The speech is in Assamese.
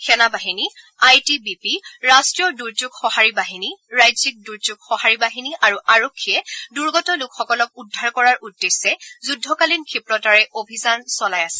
সেনা বাহিনী আই টি বি পি ৰাষ্ট্ৰীয় দূৰ্যোগ সঁহাৰি বাহিনী ৰাজ্যিক দূৰ্যেগ সঁহাৰি বাহিনী আৰু আৰক্ষীয়ে দুৰ্গত লোকসকলক উদ্ধাৰ কৰাৰ উদ্দেশে যুদ্ধকালীন ক্ষিপ্ৰতাৰে অভিযান চলাই আছে